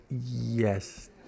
Yes